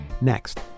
Next